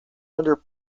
under